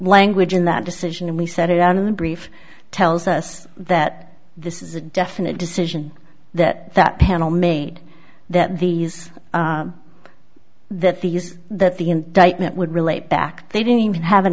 language in that decision and we said it on the brief tells us that this is a definite decision that that panel made that these that these that the indictment would relate back they didn't even have an